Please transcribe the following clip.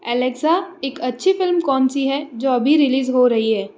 Alexa एक अच्छी film कौन सी है जो अभी रिलीज़ हो रही है